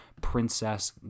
princess